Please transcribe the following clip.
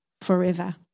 forever